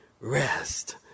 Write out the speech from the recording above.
rest